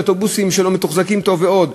אוטובוסים שלא מתוחזקים טוב ועוד.